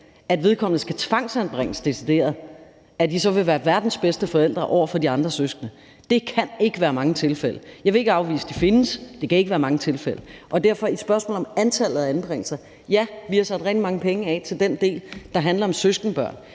at vedkommende skal decideret tvangsanbringes, og at de så vil være verdens bedste forældre over for de andre søskende. Det kan ikke være mange tilfælde. Jeg vil ikke afvise, at de findes, men det kan ikke være mange tilfælde. Og derfor vil jeg sige til spørgsmålet om antallet af anbringelser: Ja, vi har sat rigtig mange penge af til den del, der handler om søskende,